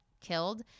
killed